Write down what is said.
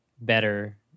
better